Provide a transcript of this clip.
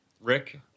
Rick